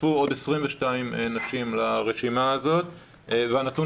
נוספו עוד 22 נשים לרשימה הזאת והנתון